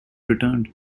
returned